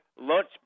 lunch